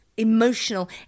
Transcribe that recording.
emotional